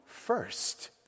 First